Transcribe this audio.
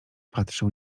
patrzył